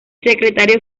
secretariado